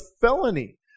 felony